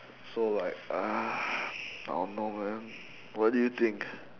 so like uh I don't know man what do you think